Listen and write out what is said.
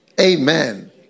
Amen